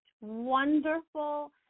wonderful